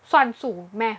算数 math